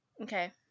Okay